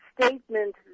statement